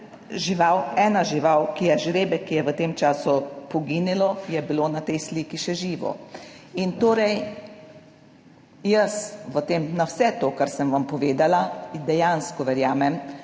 žival, ena žival, ki je žrebe, ki je v tem času poginilo, je bilo na tej sliki še živo. In torej jaz v tem, na vse to, kar sem vam povedala, dejansko verjamem,